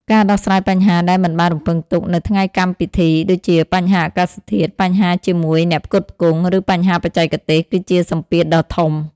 ការដោះស្រាយបញ្ហាដែលមិនបានរំពឹងទុក នៅថ្ងៃកម្មពិធី ដូចជាបញ្ហាអាកាសធាតុ បញ្ហាជាមួយអ្នកផ្គត់ផ្គង់ ឬបញ្ហាបច្ចេកទេស គឺជាសម្ពាធដ៏ធំ។